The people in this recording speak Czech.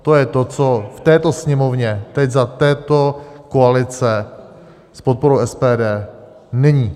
To je to, co v této Sněmovně, teď za této koalice s podporou SPD, není.